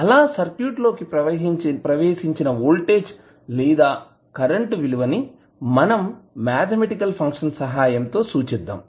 అలా సర్క్యూట్ లోకి ప్రవేశించిన వోల్టేజ్ లేదా కరెంటు విలువ ని మనం మాథమెటికల్ ఫంక్షన్ సహాయం తో సూచిద్దాం